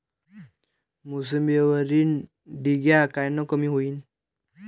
मोसंबीवरील डिक्या कायनं कमी होईल?